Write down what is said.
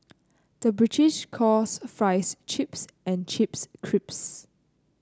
the British calls fries chips and chips crisps